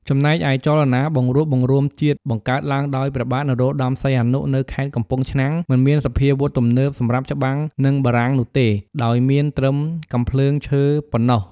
ចំណែកឯចលនាបង្រួបបង្រួមជាតិ បង្កើតឡើងដោយព្រះបាទ នរោត្តមសីហនុ នៅ ខេត្តកំពង់ឆ្នាំង មិនមានសញ្ញវុធទំនើបសម្រាប់ច្បាំងនិងបារាំងនោះទេ ដោយមានត្រឹមកាំភ្លើងឈើប៉ុនណោះ ។